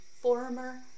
former